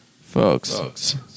Folks